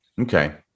Okay